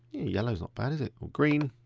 yellow is not bad, is it? green,